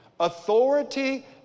authority